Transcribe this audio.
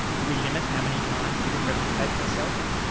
do we limit how many times you can replicate yourself?